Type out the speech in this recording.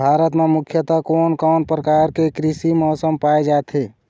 भारत म मुख्यतः कोन कौन प्रकार के कृषि मौसम पाए जाथे?